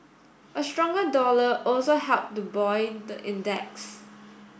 a stronger dollar also helped to buoy the index